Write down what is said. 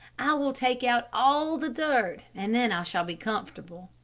i will take out all the dirt and then i shall be comfortable.